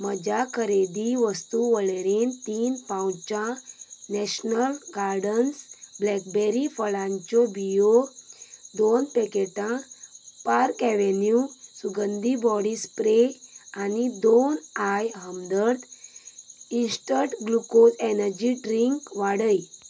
म्हज्या खरेदी वस्तू वळेरेंत तीन पावचां नॅशनल गार्डन्स ब्लॅकबेरी फळांच्यो बियो दोन पॅकेटां पार्क अव्हेन्यू सुगंधी बॉडी स्प्रे आनी दोन आय Hamdard instant glucose energy drink वाडय